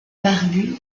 barbue